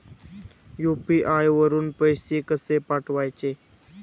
UPI वरून पैसे कसे पाठवायचे?